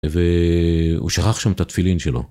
והוא שכח שם את התפילין שלו.